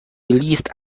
leased